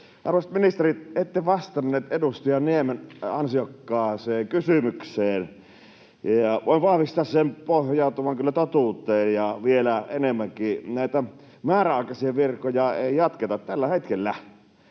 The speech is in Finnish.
Arvoisat ministerit, ette vastanneet edustaja Niemen ansiokkaaseen kysymykseen, ja voin vahvistaa sen pohjautuvan kyllä totuuteen ja vielä enemmänkin. Näitä määräaikaisia virkoja ei jatketa tällä hetkellä.